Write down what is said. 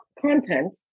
content